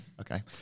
okay